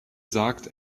sagt